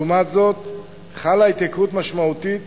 לעומת זאת חלה התייקרות משמעותית